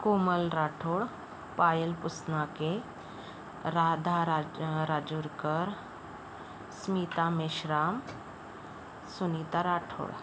Komal Rathod Payal Pusnake Radha Raj Rajurkar Smita Meshram Sunita Rathod